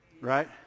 Right